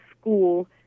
school